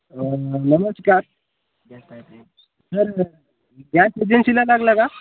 नमस्कार sir gas एजन्सीला लागला का